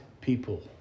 people